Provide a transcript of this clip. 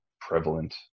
prevalent